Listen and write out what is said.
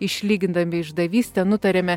išlygindami išdavystę nutarėme